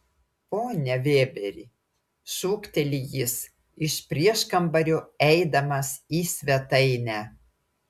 pone vėberi šūkteli jis iš prieškambario eidamas į svetainę